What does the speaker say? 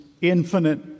infinite